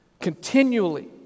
Continually